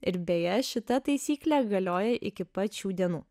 ir beje šita taisyklė galioja iki pat šių dienų